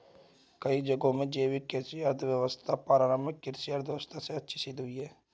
कई जगहों में जैविक कृषि अर्थव्यवस्था पारम्परिक कृषि अर्थव्यवस्था से अच्छी सिद्ध हुई है